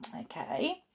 okay